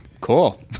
Cool